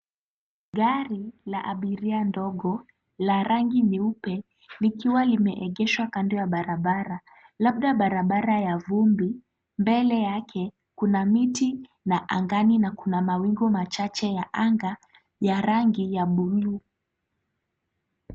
Gari la abiria ndogo la rangi nyeupe likiwa limeegeshwa kando ya barabara labda barabara ya vumbi. Mbele yake kuna miti na angani na kuna mawingu machache ya anga ya rangi ya bluu.